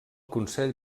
consell